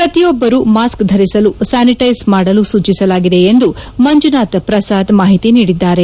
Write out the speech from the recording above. ಪ್ರತಿಯೊಬ್ಬರೂ ಮಾಸ್ಕ ಧರಿಸಲು ಸ್ಥಾನಿಟೈಸ್ ಮಾಡಲು ಸೂಚಿಸಲಾಗಿದೆ ಎಂದು ಮಂಜುನಾಥ್ ಪ್ರಸಾದ್ ಮಾಹಿತಿ ನೀಡಿದ್ದಾರೆ